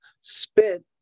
spit